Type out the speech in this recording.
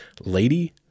Lady